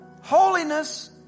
Holiness